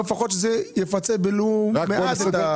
לפחות שזה יפצה במעט.